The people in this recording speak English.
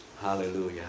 Hallelujah